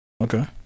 Okay